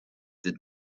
did